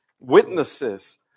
witnesses